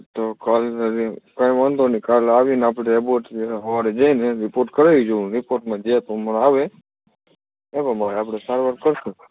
તો કાલનો દિવસ કંઈ વાંધો નહીં કાલ આવીને આપણે લેબોરેટરીએ સવારે જઈને રીપોર્ટ કરાવી જોઉં રીપોર્ટમાં જે પ્રમાણે આવે એ પ્રમાણે આપણે સારવાર કરીશું